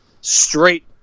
Straight